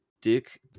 Dick